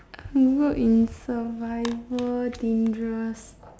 good in survival dangerous